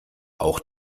auch